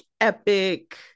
epic